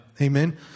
Amen